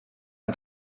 ein